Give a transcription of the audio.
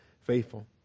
faithful